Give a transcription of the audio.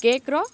କେକ୍ର